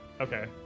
Okay